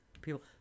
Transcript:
People